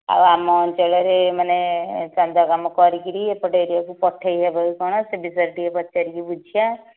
ଆଉ ଆମ ଅଞ୍ଚଳରେ ମାନେ ଚାନ୍ଦୁଆ କାମ କରିକରି ଏପଟ ଏରିୟାକୁ ପଠାଇ ହେବ କି କ'ଣ ସେ ବିଷୟରେ ଟିକେ ପଚାରିକି ବୁଝିବା